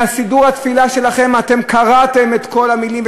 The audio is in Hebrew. מסידור התפילה שלכם אתם קרעתם את כל המילים,